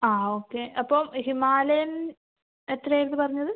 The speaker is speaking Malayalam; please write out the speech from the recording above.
ആ ഓക്കെ അപ്പം ഹിമാലയൻ എത്ര ആയിരുന്നു പറഞ്ഞത്